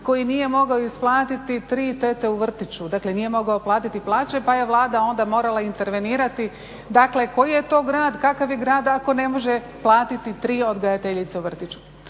koji nije mogao isplatiti tri tete u vrtiću, dakle nije mogao platiti plaće pa je Vlada onda morala intervenirati. Dakle koji je to grad, kakav je grad ako ne može platiti tri odgajateljice u vrtiću.